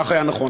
כך היה נכון.